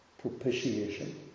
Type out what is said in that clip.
Propitiation